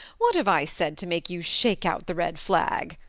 what have i said to make you shake out the red flag?